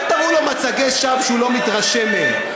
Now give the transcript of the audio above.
אל תראו לו מצגי שווא שהוא לא מתרשם מהם.